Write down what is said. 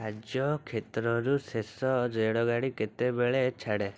କାର୍ଯ୍ୟକ୍ଷେତ୍ରରୁ ଶେଷ ରେଳଗାଡ଼ି କେତେବେଳେ ଛାଡ଼େ